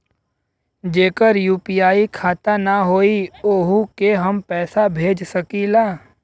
जेकर यू.पी.आई खाता ना होई वोहू के हम पैसा भेज सकीला?